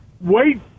wait